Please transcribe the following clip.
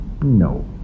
No